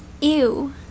Ew